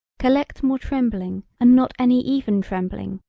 collect more trembling and not any even trembling,